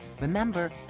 Remember